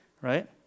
right